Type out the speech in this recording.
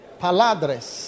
paladres